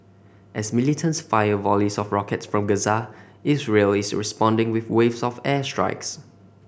as militants fire volleys of rockets from Gaza Israel is responding with waves of air strikes